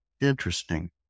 interesting